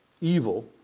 evil